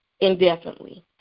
indefinitely